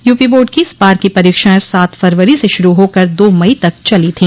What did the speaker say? UP board की इस बार की परीक्षाएं सात फरवरी से शुरू होकर दो मई तक चली थी